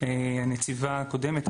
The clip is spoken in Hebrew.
הנציבה הקודמת,